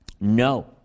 No